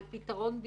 על פתרון ביטוחי.